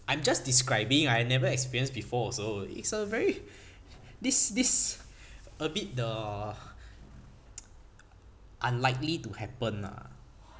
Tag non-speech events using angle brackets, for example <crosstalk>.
I'm just describing I never experienced before also it's a very this this a bit the <noise> unlikely to happen lah